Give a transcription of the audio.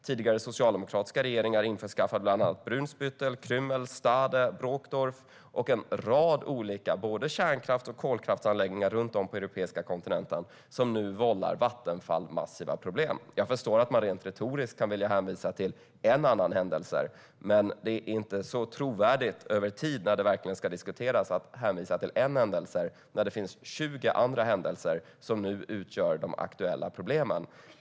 Tidigare socialdemokratiska regeringar införskaffade bland annat Brunsbüttel, Krümmel, Stade, Brokdorf och en rad olika både kärnkrafts och kolkraftsanläggningar runt om på den europeiska kontinenten som nu vållar Vattenfall massiva problem. Jag förstår att man rent retoriskt kan vilja hänvisa till en annan händelse. Men det är inte så trovärdigt över tid när det verkligen ska diskuteras att hänvisa till en händelse när det finns 20 andra händelser som nu utgör de aktuella problemen.